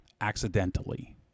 accidentally